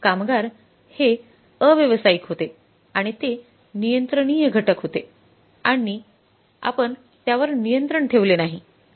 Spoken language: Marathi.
कामगार हे अव्यावसायिक होते आणि ते नियंत्रणीय घटक होते आणि आपण त्यावर नियंत्रण ठेवले नाही का